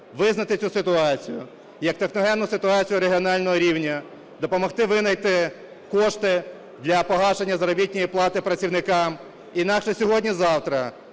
визнати цю ситуацію як техногенну ситуацію регіонального рівня, допомогти винайти кошти для погашення заробітної плати працівникам, інакше сьогодні-завтра